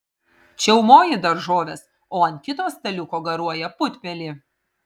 čiaumoji daržoves o ant kito staliuko garuoja putpelė